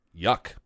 yuck